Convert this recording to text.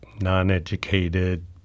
non-educated